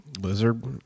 Lizard